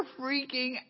freaking